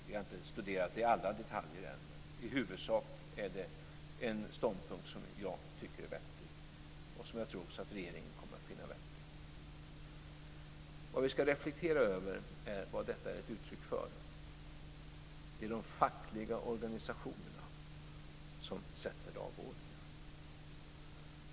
Vi har inte studerat det i alla detaljer ännu. Men i huvudsak är det en ståndpunkt som jag tycker är vettig och som jag också tror att regeringen kommer att finna vettig. Det vi ska reflektera över är vad detta är ett uttryck för. Det är de fackliga organisationerna som sätter dagordningen.